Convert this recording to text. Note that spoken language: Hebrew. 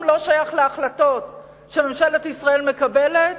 לא שייך להחלטות שממשלת ישראל מקבלת,